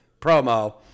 promo